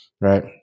right